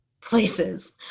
places